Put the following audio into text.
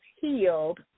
healed